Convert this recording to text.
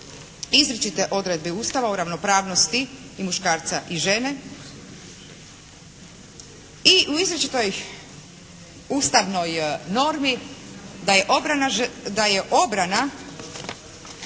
izričite odredbe Ustava o ravnopravnosti i muškarca i žene i u izričitoj ustavnoj normi da je obrana,